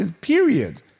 period